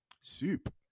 soup